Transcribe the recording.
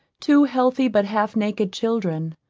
two healthy but half naked children